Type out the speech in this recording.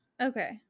okay